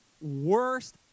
worst